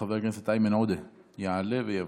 חבר הכנסת איימן עודה יעלה ויבוא.